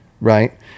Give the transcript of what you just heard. right